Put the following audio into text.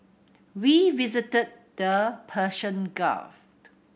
we visited the Persian Gulf